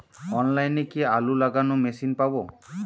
অনলাইনে কি আলু লাগানো মেশিন পাব?